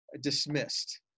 dismissed